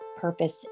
purpose